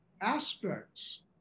aspects